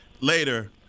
Later